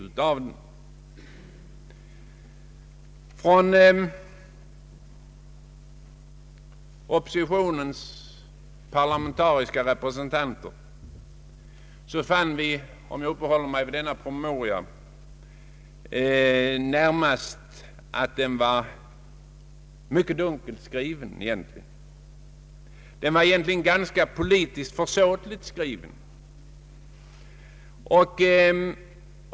Jag uppehåller mig något ytterligare vid denna promemoria och kan konstatera att oppositionens parlamentariska representanter fann att den egentligen var mycket dunkelt skriven, även ganska politiskt försåtligt skriven.